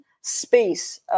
space